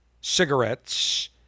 cigarettes